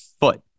foot